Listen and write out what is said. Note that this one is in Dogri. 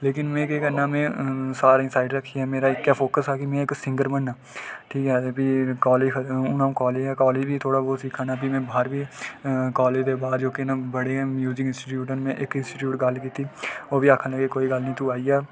लेकिन में केह् करना कि सारें गी साइड रक्खियै ते इक्कै फोकस हा कि में इक सिंगर बनना ते भी कालेज ते हून में कालेज आं ते कालेज बी सिक्खै ना ते भी में कालेज दे बाद बी में बड़े इंस्टीट्यूट न में इक च गल्ल कीती ते ओह्बी आक्खै दे कि कोई गल्ल निं तू आई जा